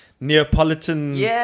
Neapolitan